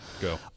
Go